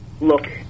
look